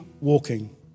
walking